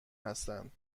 هستند